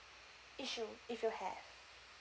issue if you have